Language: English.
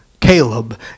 Caleb